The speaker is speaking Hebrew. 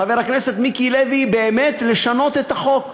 חבר הכנסת מיקי לוי, באמת, לשנות את החוק.